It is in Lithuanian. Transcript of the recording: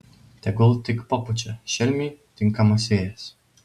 tegul tik papučia šelmiui tinkamas vėjas